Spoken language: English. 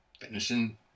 finishing